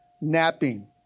Napping